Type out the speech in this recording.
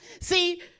see